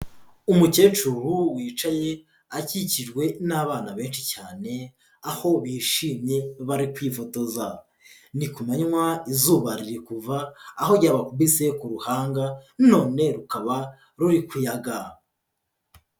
Umukecuru wicaye akikijwe n'abana benshi cyane, aho bishimye bari kwifotoza. Ni kumanywa, izuba riri kuva, aho ryabakubise ku ruhanga, none rukaba ruri kuyaga.